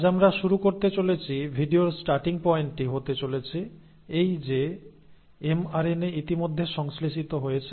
আজ আমরা শুরু করতে চলেছি ভিডিওর স্টার্টিং পয়েন্টটি হতে চলেছে এই যে এমআরএনএ ইতিমধ্যে সংশ্লেষিত হয়েছে